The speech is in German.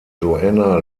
joanna